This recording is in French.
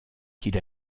qu’il